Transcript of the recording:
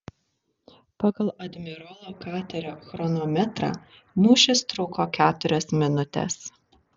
pagal admirolo katerio chronometrą mūšis truko keturias minutes